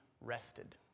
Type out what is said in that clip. rested